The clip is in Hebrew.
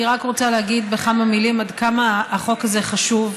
אני רק רוצה להגיד בכמה מילים עד כמה החוק הזה חשוב,